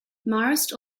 marist